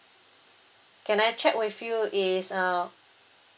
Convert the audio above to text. can I check with you is uh